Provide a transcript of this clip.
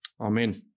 Amen